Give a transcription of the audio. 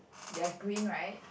ya green right